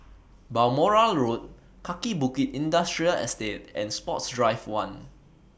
Balmoral Road Kaki Bukit Industrial Estate and Sports Drive one